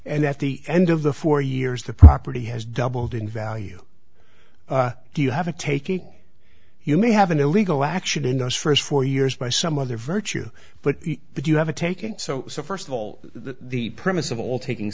and at the end of the four years the property has doubled in value do you have to take it you may have an illegal action in those first four years by some other virtue but but you have a taking so first of all the premise of all taking